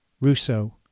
Rousseau